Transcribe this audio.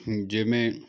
ਜਿਵੇਂ